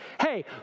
Hey